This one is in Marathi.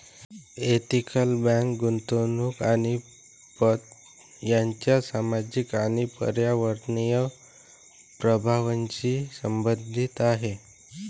एथिकल बँक गुंतवणूक आणि पत यांच्या सामाजिक आणि पर्यावरणीय प्रभावांशी संबंधित आहे